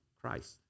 Christ